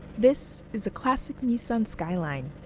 this is a classic nissan skyline.